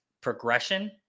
progression